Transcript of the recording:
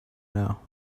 know